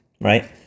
right